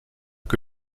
que